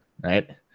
right